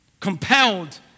Compelled